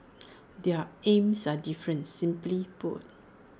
their aims are different simply put